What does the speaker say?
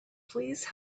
please